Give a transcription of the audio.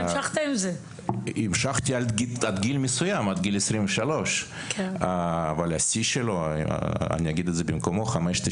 המשכתי עד גיל 23, אבל השיא שלו 5.93